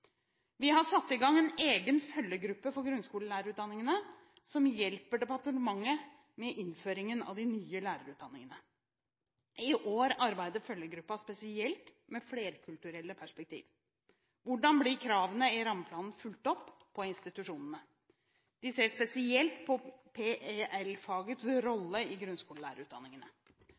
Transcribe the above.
Vi har satt i gang en egen følgegruppe for grunnskolelærerutdanningene som hjelper departementet med innføringen av de nye lærerutdanningene. I år arbeider Følgegruppen spesielt med flerkulturelle perspektiv. Hvordan blir kravene i rammeplanen fulgt opp på institusjonene? De ser spesielt på PEL-fagets rolle i grunnskolelærerutdanningene.